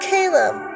Caleb